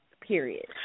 Period